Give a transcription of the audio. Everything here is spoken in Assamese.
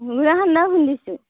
গুড়া সান্দহ খুন্দিছোঁ